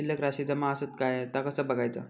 शिल्लक राशी जमा आसत काय ता कसा बगायचा?